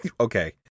Okay